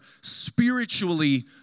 spiritually